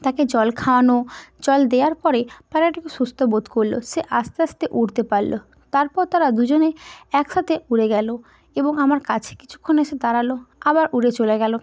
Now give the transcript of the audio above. তাকে জল খাওয়ানো জল দেওয়ার পরে পায়রাটি খুব সুস্থ বোধ করলো সে আস্তে আস্তে উড়তে পারলো তারপর তারা দুজনে একসাথে উড়ে গেলো এবং আমার কাছে কিছুক্ষণ এসে দাঁড়ালো আবার উড়ে চলে গেলো